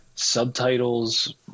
subtitles